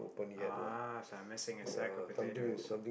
ah so I'm missing a sack of potatoes